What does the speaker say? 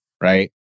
right